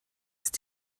ist